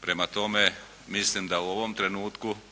prema tome mislim da u ovom trenutku,